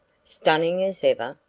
stunning as ever?